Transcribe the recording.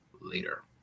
later